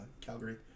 Calgary